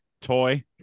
toy